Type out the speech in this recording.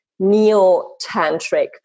neo-tantric